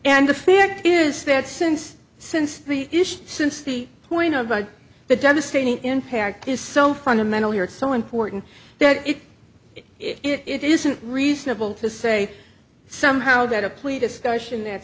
and the fact is that since since the issue since the point of the devastating impact is so fundamental here it's so important that it isn't reasonable to say somehow that a plea discussion that